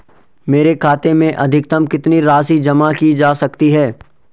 मेरे खाते में अधिकतम कितनी राशि जमा की जा सकती है?